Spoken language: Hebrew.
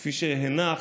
כפי שהנחת,